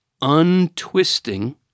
untwisting